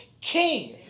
king